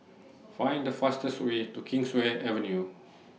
Find The fastest Way to Kingswear Avenue